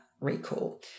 recall